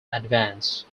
advance